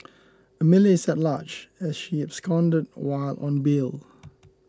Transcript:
Amelia is at large as she absconded while on bail